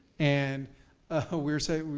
and ah we were saying,